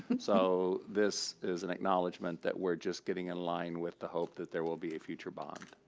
so this is an acknowledgement that we're just getting in line with the hope that there will be a future bond.